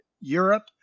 Europe